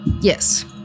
Yes